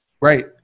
Right